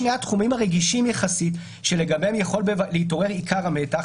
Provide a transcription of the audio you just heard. שני התחומים הרגישים יחסית שלגביהם יכול להתעורר עיקר המתח